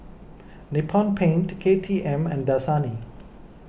Nippon Paint K T M and Dasani